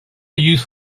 used